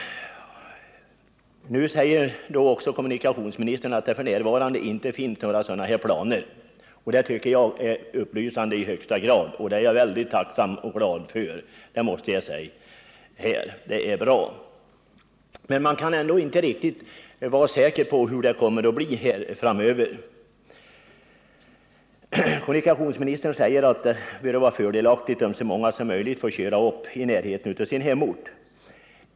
Kommunikationsministern säger också att det f. n. inte finns några sådana här planer, och det tycker jag är mycket upplysande och det är jag väldigt tacksam och glad för. Det är bra. Men man kan ändå inte vara riktigt säker på hur det kommer att bli framöver. Kommunikationsministern anser vidare att det är fördelaktigt att så många som möjligt får köra upp i närheten av sin hemort.